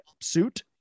suit